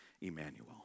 Emmanuel